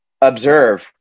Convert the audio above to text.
observe